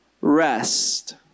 rest